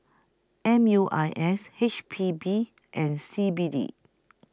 M U I S H P B and C B D